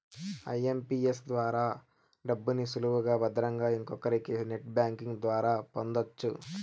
IMPS ద్వారా డబ్బుని సులువుగా భద్రంగా ఇంకొకరికి నెట్ బ్యాంకింగ్ ద్వారా పొందొచ్చు